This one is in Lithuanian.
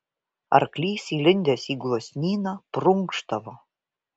arklys įlindęs į gluosnyną prunkštavo